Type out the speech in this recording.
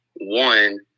one